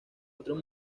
otros